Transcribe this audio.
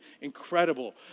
incredible